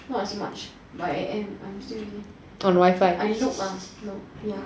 not as much but I'm im still using turn of wifi